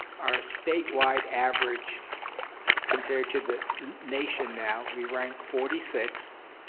our statewide average compared to the nation now, we rank forty sixth.